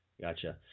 Gotcha